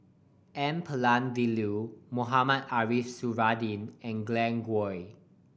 N Palanivelu Mohamed Ariff Suradi and Glen Goei